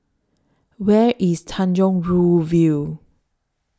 Where IS Tanjong Rhu View